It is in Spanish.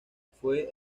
fue